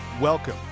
Welcome